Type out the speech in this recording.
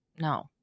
No